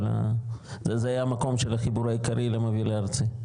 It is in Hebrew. זה היה המקום של החיבור העיקרי למוביל הארצי?